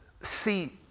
see